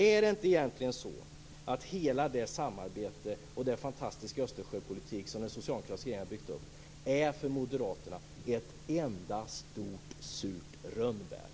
Är det inte egentligen så att hela samarbetet och den fantastiska Östersjöpolitik som den socialdemokratiska regeringen har byggt upp, för moderaterna är ett enda stort surt rönnbär?